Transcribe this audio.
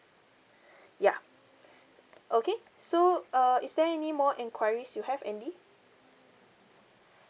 ya okay so uh is there any more enquiries you have andy